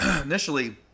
initially